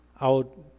out